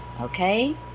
okay